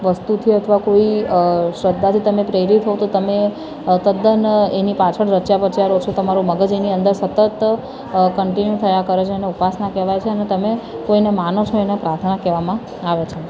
વસ્તુથી અથવા કોઈ અ શ્રદ્ધાથી તમે પ્રેરિત હોવ તો તમે અ તદ્દન એની પાછળ રચ્યાં પચ્યાં રહો છો તમારું મગજ એની અંદર સતત કન્ટિન્યૂ થયા કરે છે એને ઉપાસના કહેવાય છે અને તમે કોઈને માનો છો એને પ્રાર્થના કહેવામાં આવે છે